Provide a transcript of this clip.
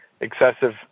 excessive